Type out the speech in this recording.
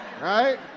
Right